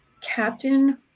Captain